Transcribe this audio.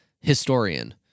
historian